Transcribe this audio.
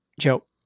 Joe